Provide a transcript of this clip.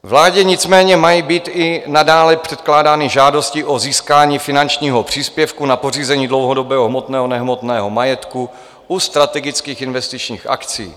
Vládě nicméně mají být i nadále předkládány žádosti o získání finančního příspěvku na pořízení dlouhodobého hmotného a nehmotného majetku u strategických investičních akcí.